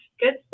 Good